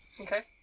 Okay